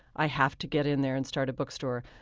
i have to get in there and start a bookstore.